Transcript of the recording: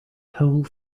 whole